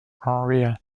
area